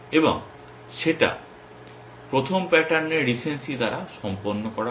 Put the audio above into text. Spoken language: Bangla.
এবং সেটা প্রথম প্যাটার্নএর রেসেন্সি দ্বারা সম্পন্ন করা হয়